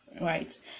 right